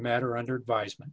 matter under advisement